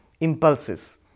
impulses